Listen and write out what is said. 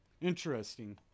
Interesting